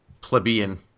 plebeian